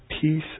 peace